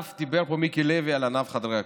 דיבר פה מיקי לוי על ענף חדרי הכושר,